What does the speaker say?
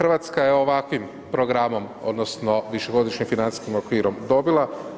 RH je ovakvim programom odnosno višegodišnjim financijskim okvirom dobila.